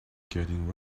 getting